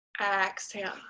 Exhale